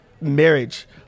marriage